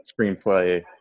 screenplay